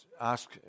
ask